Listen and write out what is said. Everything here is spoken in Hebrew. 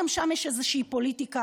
גם שם יש איזושהי פוליטיקה,